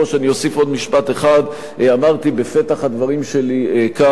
אני אוסיף עוד משפט אחד: אמרתי בפתח הדברים שלי כאן,